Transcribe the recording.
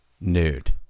Nude